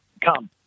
come